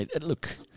Look